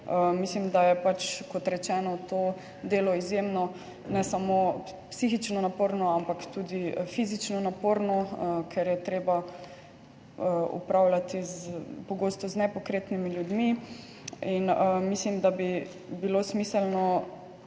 rečeno, to delo izjemno ne samo psihično naporno, ampak tudi fizično naporno, ker je treba pogosto upravljati z nepokretnimi ljudmi. In mislim, da bi bilo smiselno